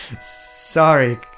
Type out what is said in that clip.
Sorry